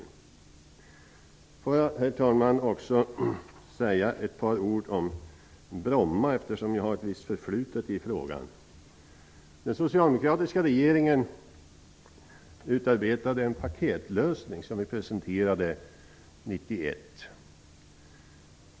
Låt mig, herr talman, också säga ett par ord om Bromma, eftersom jag har ett visst förflutet i frågan. Den socialdemokratiska regeringen utarbetade en paketlösning som vi presenterade 1991.